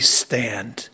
stand